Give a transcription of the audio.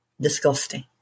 disgusting